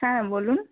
হ্যাঁ বলুন